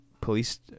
Police